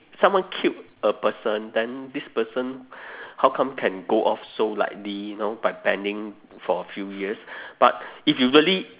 someone killed a person then this person how come can go off so lightly know by banning for a few years but if you really